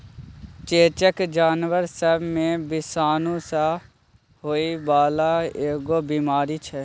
चेचक जानबर सब मे विषाणु सँ होइ बाला एगो बीमारी छै